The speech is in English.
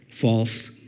false